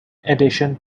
addition